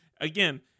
Again